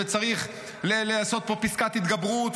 וצריך לעשות פה פסקת התגברות,